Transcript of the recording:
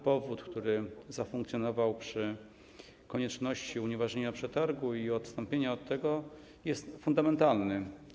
Powód, który zafunkcjonował przy konieczności unieważnienia przetargu i odstąpienia od tego, jest fundamentalny.